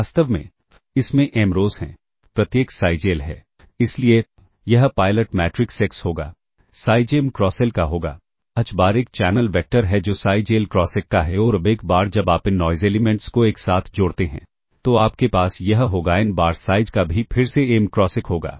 वास्तव में इसमें M रोस हैं प्रत्येक साइज L है इसलिए यह पायलट मैट्रिक्स X होगा साइज M क्रॉस L का होगा H बार एक चैनल वेक्टर है जो साइज L क्रॉस 1 का है और अब एक बार जब आप इन नॉइज़ एलिमेंट्स को एक साथ जोड़ते हैं तो आपके पास यह होगा N बार साइज का भी फिर से m क्रॉस 1 होगा